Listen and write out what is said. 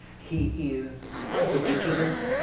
he is hyper-vigilant,